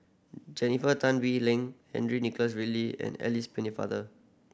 Jennifer Tan Bee Leng Henry Nicholas Ridley and Alice Pennefather